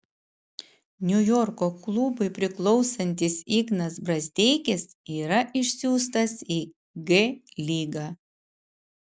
niujorko klubui priklausantis ignas brazdeikis yra išsiųstas į g lygą